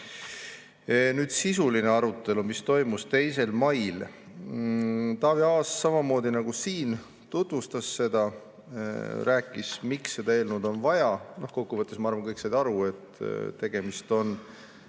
Sisuline arutelu, mis toimus 2. mail. Taavi Aas, samamoodi nagu siin tutvustades seda, rääkis, miks seda eelnõu on vaja. Kokkuvõttes, ma arvan, kõik said aru, et tegemist on